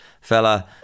fella